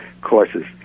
courses